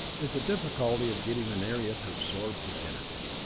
is the difficulty of getting an area to absorb the energy.